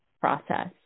process